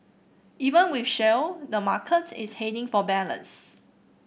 even with shale the market is heading for balance